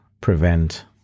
prevent